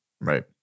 right